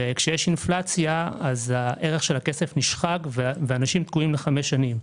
כאשר יש אינפלציה הערך של הכסף נשחק ואנשים תקועים לחמש שנים.